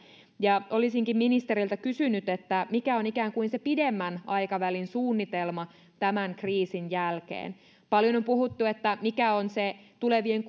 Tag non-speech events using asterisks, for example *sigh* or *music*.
olisinkin ministeriltä kysynyt mikä on ikään kuin se pidemmän aikavälin suunnitelma tämän kriisin jälkeen paljon on puhuttu että mikä on se tulevien *unintelligible*